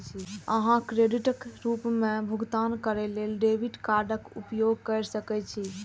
अहां क्रेडिटक रूप मे भुगतान करै लेल डेबिट कार्डक उपयोग कैर सकै छी